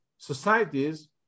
Societies